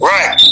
Right